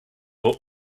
were